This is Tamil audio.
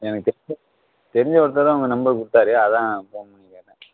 எனக்குத் தெரிஞ்ச தெரிஞ்ச ஒருத்தர் தான் உங்கள் நம்பர் கொடுத்தாரு அதுதான் ஃபோன் பண்ணி கேட்டேன்